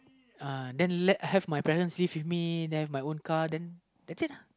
uh then let have my parents live with me then my own car then that's it uh